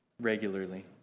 regularly